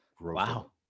wow